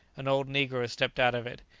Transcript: an old negro stepped out of it.